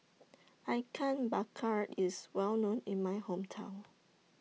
Ikan Bakar IS Well known in My Hometown